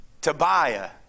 Tobiah